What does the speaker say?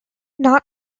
not